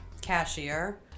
cashier